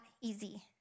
easy